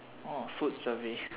oh food survey